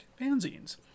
fanzines